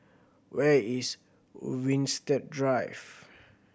where is Winstedt Drive